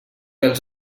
els